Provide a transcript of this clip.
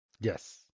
Yes